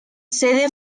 sede